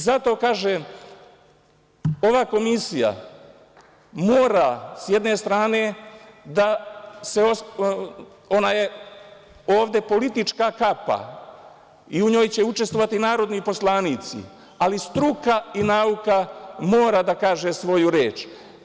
Zato, kažem, ova komisija mora s jedne strane da, ona je ovde politička kapa i u njoj će učestvovati narodni poslanici, ali struka i nauka mora da kaže svoju reč.